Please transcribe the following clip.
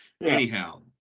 Anyhow